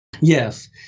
Yes